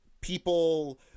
people